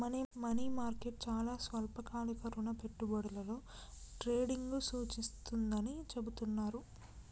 money market చాలా స్వల్పకాలిక రుణ పెట్టుబడులలో ట్రేడింగ్ను సూచిస్తుందని చెబుతున్నరు